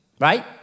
right